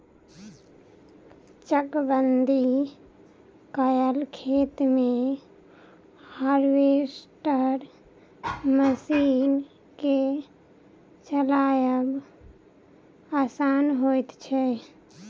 चकबंदी कयल खेत मे हार्वेस्टर मशीन के चलायब आसान होइत छै